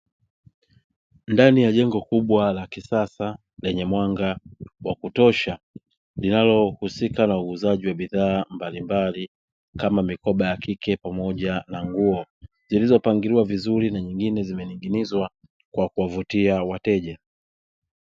Ndani ya jengo kubwa la kisasa lenye mwanga wa kutosha, linalohusika na uuzaji wa bidhaa mbalimbali kama mikoba ya kike pamoja na na nguo, zilizopangiiwa vizuri na zingine zimening'inizwa kwa kuwavutia wateja.